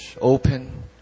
open